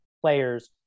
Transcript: players